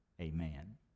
Amen